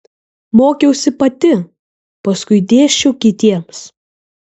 mokiausi pati paskui dėsčiau kitiems